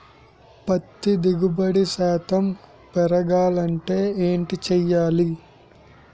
పత్తి దిగుబడి శాతం పెరగాలంటే ఏంటి చేయాలి?